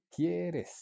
quieres